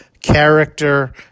character